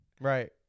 right